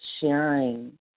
sharing